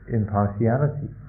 impartiality